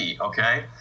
okay